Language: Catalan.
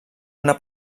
una